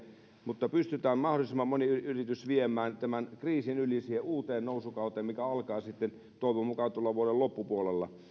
mutta että pystytään mahdollisimman moni yritys viemään tämän kriisin yli siihen uuteen nousukauteen mikä alkaa sitten toivon mukaan tuolla vuoden loppupuolella